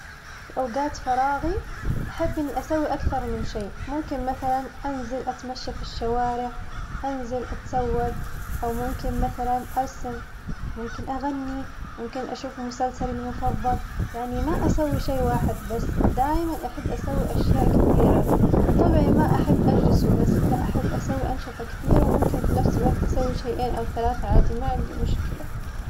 في أوقات فراغي أحب إني أسوي أكثر من شي ممكن مثلاً أنزل أتمشى في الشوارع، أنزل أتسوق، أو ممكن مثلاً أرسم، ممكن أغني، ممكن أشوف مسلسلي المفظل يعني ما أسوي شي واحد بس دايماً أحب أسوي أشياء كثيرة، وبطبعي ما أحب أحلس وبس لا أحب أسوي أنشطة كثيرة وممكن في نفس الوقت أسوي شيئين أو ثلاثة عادي ما عندي مشكلة.